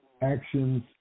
actions